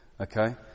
Okay